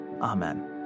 Amen